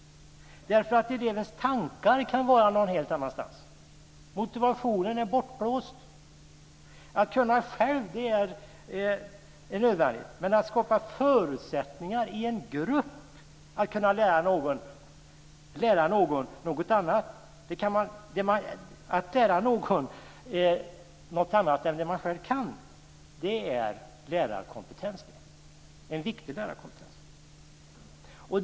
Elevens tankar kan vara någon helt annanstans. Motivationen är bortblåst. Det är nödvändigt att kunna själv, men lärarkompetens är att skapa förutsättningar för en grupp att lära sig något annat än det man själv kan.